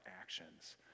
actions